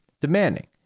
demanding